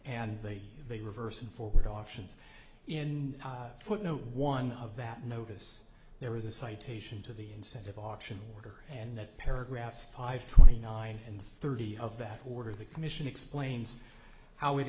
and they they reverse and forward options in footnote one of that notice there is a citation to the incentive auction order and that paragraph five twenty nine and thirty of that order the commission explains how it